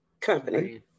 Company